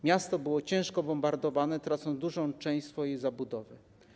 Miasto były ciężko bombardowane, tracąc dużą część swojej zabudowy.